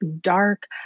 dark